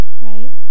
right